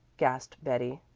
gasped betty.